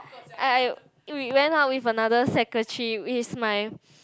I I we went out with another secretary which is my